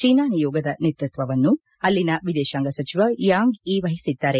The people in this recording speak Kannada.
ಚೀನಾ ನಿಯೋಗದ ನೇತೃತ್ತವನ್ನು ಅಲ್ಲಿನ ವಿದೇಶಾಂಗ ಸಚಿವ ಯಾಂಗ್ ಯೀ ವಹಿಸಿದ್ದಾರೆ